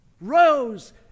rose